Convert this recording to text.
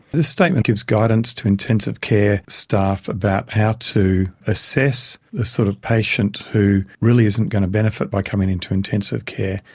this statement gives guidance to intensive care staff about how to assess the sort of patient who really isn't going to benefit by coming into intensive care,